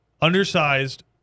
undersized